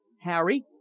Harry